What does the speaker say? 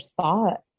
thought